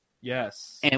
Yes